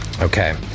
Okay